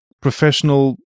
professional